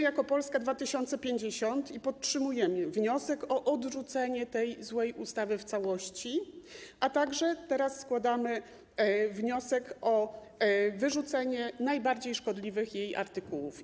Jako Polska 2050 składaliśmy i podtrzymujemy wniosek o odrzucenie tej złej ustawy w całości, a teraz składamy wniosek o wyrzucenie jej najbardziej szkodliwych artykułów.